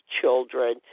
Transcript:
children